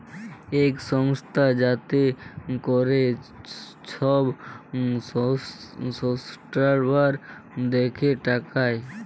ইক সংস্থা যাতে ক্যরে ছব ইসট্যালডাড় দ্যাখে টাকার